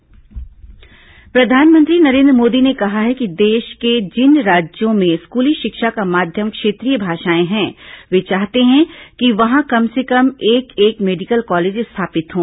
प्रधानमंत्री असम प्रधानमंत्री नरेन्द्र मोदी ने कहा है कि देश के जिन राज्यों में स्कूली शिक्षा का माध्यम क्षेत्रीय भाषाएं हैं वे चाहते हैं कि वहां कम से कम एक एक मेडिकल कॉलेज स्थापित हों